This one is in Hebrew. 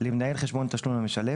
למנהל חשבון התשלום המשלם,